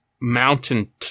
mountain